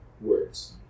words